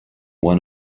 one